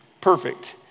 perfect